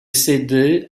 cédé